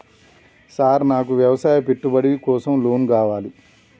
Sir నాకు వ్యవసాయ పెట్టుబడి కోసం లోన్ కావాలి?